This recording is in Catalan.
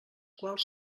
quals